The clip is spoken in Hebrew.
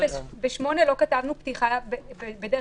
ב-8 לא כתבנו בדרך